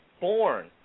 born